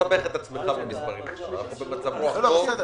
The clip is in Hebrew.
משהו כמו 200,000,